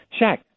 Shaq